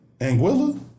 Anguilla